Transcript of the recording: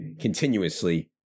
continuously